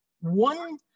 one